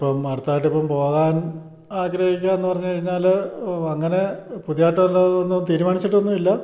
ഇനിയിപ്പം അടുത്തതായിട്ട് ഇപ്പം പോകാൻ ആഗ്രഹിക്കുകയെന്നു പറഞ്ഞു കഴിഞ്ഞാൽ അങ്ങനെ പുതിയായിട്ടുള്ളതൊന്നും തീരുമാനിച്ചിട്ടൊന്നും ഇല്ല